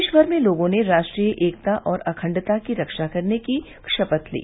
देशभर में लोगों ने राष्ट्रीय एकता और अखंडता की रक्षा करने की शपथ ली